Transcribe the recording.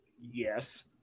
Yes